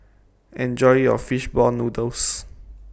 Enjoy your Fish Ball Noodles